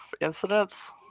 incidents